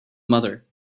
mother